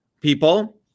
people